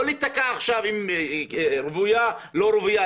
לא להיתקע עכשיו עם השאלה על רוויה או לא רוויה.